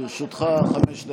בבקשה, לרשותך חמש דקות.